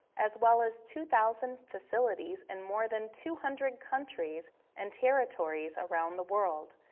as well as two thousand facilities in more than two hundred countries and territories around the world.